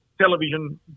television